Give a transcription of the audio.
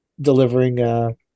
delivering